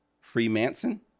Freemason